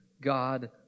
God